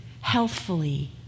healthfully